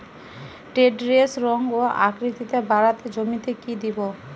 ঢেঁড়সের রং ও আকৃতিতে বাড়াতে জমিতে কি দেবো?